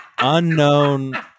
unknown